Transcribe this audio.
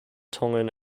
tongan